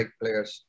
players